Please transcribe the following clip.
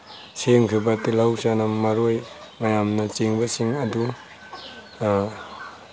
ꯁꯦꯝꯈꯤꯕ ꯇꯤꯂꯧ ꯆꯅꯝ ꯃꯔꯣꯏ ꯃꯌꯥꯝꯅ ꯆꯤꯡꯕꯁꯤꯡ ꯑꯗꯨ